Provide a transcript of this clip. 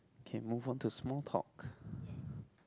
K move on to small talk